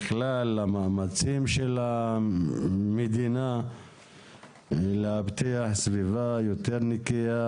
בכלל למאמצים של המדינה להבטיח סביבה יותר נקייה